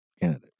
candidate